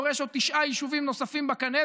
דורש עוד תשעה יישובים נוספים בקנה,